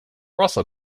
russell